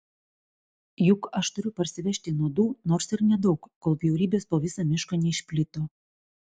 juk aš turiu parsivežti nuodų nors ir nedaug kol bjaurybės po visą mišką neišplito